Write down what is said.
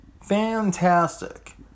Fantastic